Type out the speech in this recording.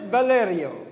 Valerio